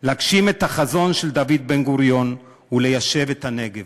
להגשים את החזון של דוד בן-גוריון וליישב את הנגב.